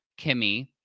Kimmy